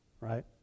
right